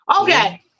Okay